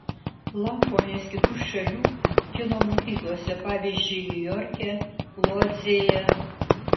lankomės kitų šalių kino mokyklose pavyzdžiui niujorke lodzėje